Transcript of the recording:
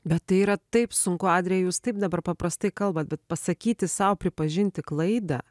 bet tai yra taip sunku adrija jūs taip dabar paprastai kalbat bet pasakyti sau pripažinti klaidą